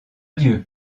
dieu